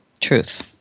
Truth